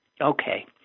Okay